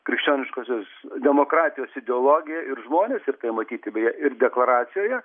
krikščioniškosios demokratijos ideologija ir žmonės ir tai matyti beje ir deklaracijoje